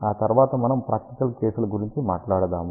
ఆ తరువాత మనము ప్రాక్టికల్ కేసుల గురించి మాట్లాడదాము